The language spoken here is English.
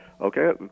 Okay